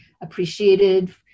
appreciated